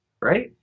right